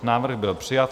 Návrh byl přijat.